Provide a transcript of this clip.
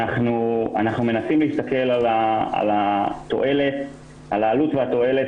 אנחנו מנסים להסתכל על העלות והתועלת